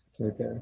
okay